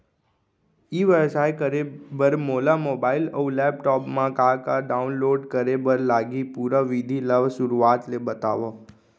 ई व्यवसाय करे बर मोला मोबाइल अऊ लैपटॉप मा का का डाऊनलोड करे बर लागही, पुरा विधि ला शुरुआत ले बतावव?